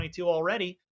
already